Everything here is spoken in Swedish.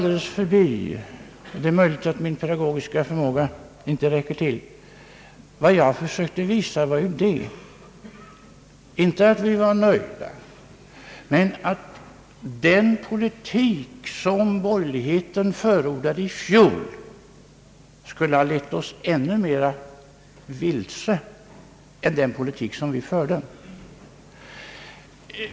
Det är möjligt att min pedagogiska förmåga inte räcker till, men vad jag försökte visa var inte att vi är nöjda men att den politik som borgerligheten förordade i fjol skulle ha lett oss ännu mera vilse än den politik som vi förde.